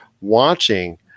watching